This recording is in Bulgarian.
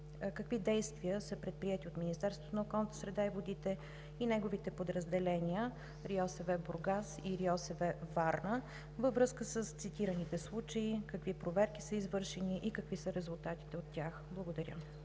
какви действия са предприети от Министерството на околната среда и водите и неговите подразделения, РИОСВ – Бургас, и РИОСВ – Варна, във връзка с цитираните случаи? Какви проверки са извършени? Какви са резултатите от тях? Благодаря.